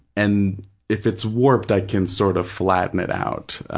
and if it's warped, i can sort of flatten it out.